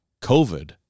covid